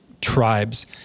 tribes